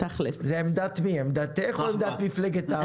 זאת עמדתך או עמדת מפלגת העבודה?